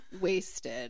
wasted